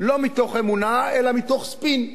לא מתוך אמונה אלא מתוך ספין,